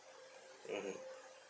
mmhmm